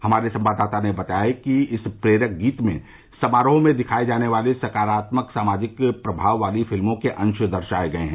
हमारे संवाददाता ने बताया है कि इस प्रेरक गीत में समारोह में दिखाई जाने वाली सकारात्मक सामाजिक प्रभाव वाली फिल्मों के अंश दर्शाए गए हैं